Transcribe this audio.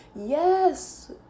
Yes